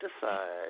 decide